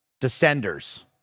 Descenders